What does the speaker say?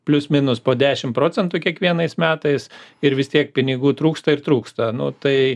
plius minus po dešim procentų kiekvienais metais ir vis tiek pinigų trūksta ir trūksta nu tai